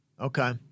Okay